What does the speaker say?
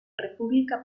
república